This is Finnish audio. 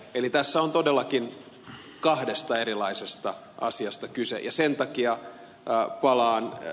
eli tässä on todellakin kahdesta erilaisesta asiasta kyse ja sen takia palaan ed